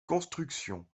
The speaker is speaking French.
construction